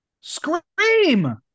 Scream